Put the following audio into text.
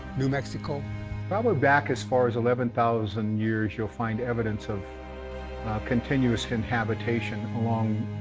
new mexico. probably back as far as eleven thousand years, you'll find evidence of continuous inhabitation along,